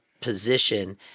position